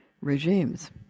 regimes